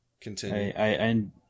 Continue